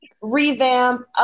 revamp